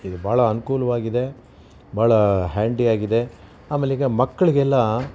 ಇದು ಭಾಳ ಅನುಕೂಲವಾಗಿದೆ ಭಾಳ ಹ್ಯಾಂಡಿಯಾಗಿದೆ ಆಮೇಲೆ ಈಗ ಮಕ್ಕಳಿಗೆಲ್ಲ